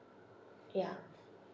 yeah